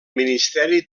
ministeri